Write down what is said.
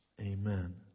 Amen